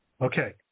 Okay